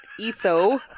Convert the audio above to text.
Etho